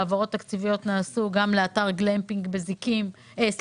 והעברות תקציביות נעשו גם לאתר גלמפינג בניצנים.